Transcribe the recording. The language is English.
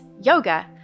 yoga